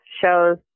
shows